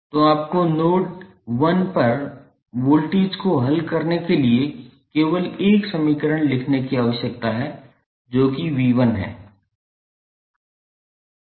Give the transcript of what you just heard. तो आपको नोड 1 पर वोल्टेज को हल करने के लिए केवल एक समीकरण लिखने की आवश्यकता है जो कि 𝑉1 है